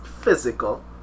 physical